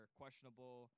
questionable